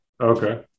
Okay